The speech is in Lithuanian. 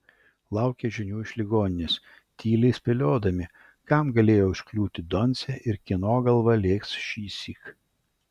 laukė žinių iš ligoninės tyliai spėliodami kam galėjo užkliūti doncė ir kieno galva lėks šįsyk